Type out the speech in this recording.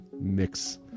mix